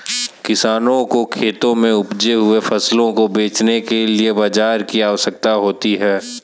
किसानों के खेत में उपजे हुए फसलों को बेचने के लिए बाजार की आवश्यकता होती है